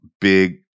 big